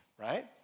right